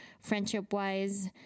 friendship-wise